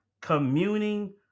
communing